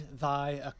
thy